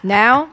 now